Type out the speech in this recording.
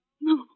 No